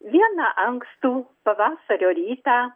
vieną ankstų pavasario rytą